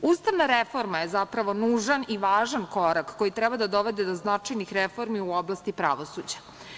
Ustavna reforma je zapravo nužan i važan korak koji treba da dovede do značajnih reformi u oblasti pravosuđa.